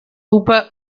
hooper